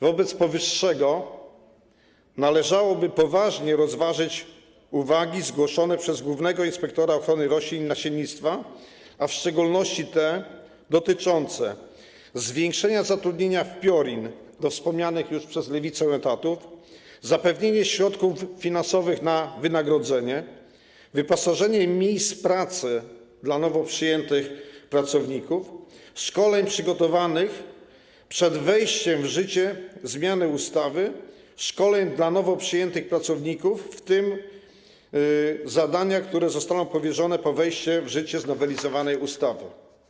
Wobec powyższego należałoby poważnie rozważyć uwagi zgłoszone przez głównego inspektora ochrony roślin i nasiennictwa, a w szczególności te dotyczące zwiększenia zatrudnienia w PIORiN do wspomnianej już przez Lewicę liczby etatów, zapewnienie środków finansowych na wynagrodzenie, wyposażenie miejsc pracy dla nowo przyjętych pracowników, szkoleń przygotowanych przed wejściem w życie zmiany ustawy, szkoleń dla nowo przyjętych pracowników, w tym zadania, które zostaną powierzone po wejściu w życie znowelizowanej ustawy.